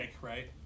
right